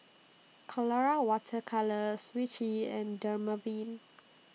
Colora Water Colours Vichy and Dermaveen